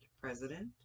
President